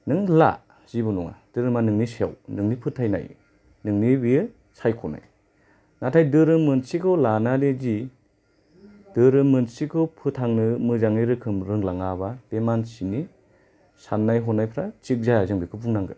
नों ला जेबो नङा धोरोमा नोंनि सायाव नोंनि फोथायनाय नोंनि बेयो सायख'नाय नाथाय धोरोम मोनसेखौ लानानैदि धोरोम मोनसेखौ फोथांनो मोजाङै रोखोम रोंलाङाब्ला बे मानसिनि साननाय हनायफोरा थिग जाया जों बेखौ बुंनांगोन